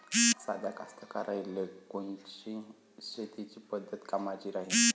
साध्या कास्तकाराइले कोनची शेतीची पद्धत कामाची राहीन?